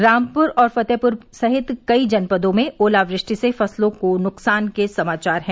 रामपुर और फतेहपुर समेत कई जनपदों में ओलावृष्टि से फसलों को नुकसान के समाचार हैं